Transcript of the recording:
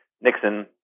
Nixon